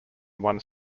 one